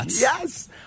Yes